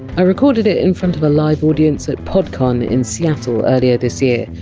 i recorded it in front of a live audience at podcon in seattle earlier this year.